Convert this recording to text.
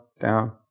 down